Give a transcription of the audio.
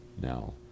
now